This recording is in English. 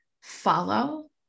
follow